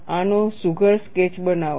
અને આનો સુઘડ સ્કેચ બનાવો